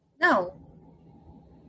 No